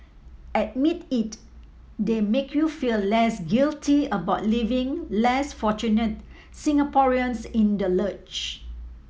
admit it they make you feel less guilty about leaving less fortunate Singaporeans in the lurch